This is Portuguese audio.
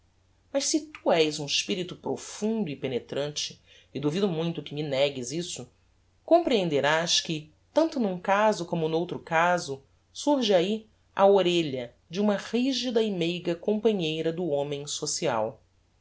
mas se tu és um espirito profundo e penetrante e duvido muito que me negues isso comprehenderás que tanto n'um como n'outro caso surge ahi a orelha de uma rigida e meiga companheira do homem social